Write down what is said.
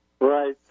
Right